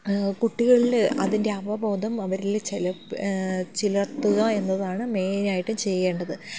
കുട്ടികളിൽ അതിൻ്റെ അവബോധം അവരിൽ ചിലർത്തുക എന്നതാണ് മെയിനായിട്ട് ചെയ്യേണ്ടത്